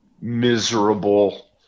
miserable